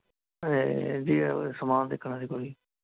ਇਹ ਵੀ ਸਮਾਨ ਦੇਖਣਾ ਸੀ ਕੋਈ